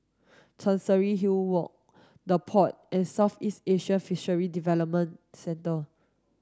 Chancery Hill Walk The Pod and Southeast Asian Fisheries Development Centre